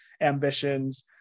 ambitions